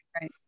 Right